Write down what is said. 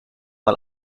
mal